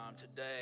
Today